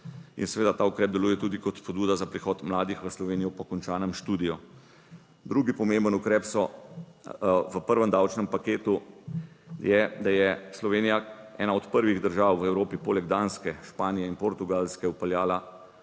in seveda ta ukrep deluje tudi kot spodbuda za prihod mladih v Slovenijo po končanem študiju. Drugi pomemben ukrep so v prvem davčnem paketu, je, da je Slovenija ena od prvih držav v Evropi, poleg Danske, Španije in Portugalske, vpeljala